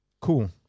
Cool